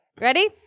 ready